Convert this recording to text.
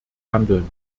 handeln